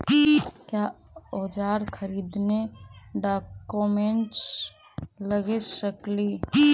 क्या ओजार खरीदने ड़ाओकमेसे लगे सकेली?